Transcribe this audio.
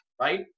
Right